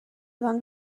آدم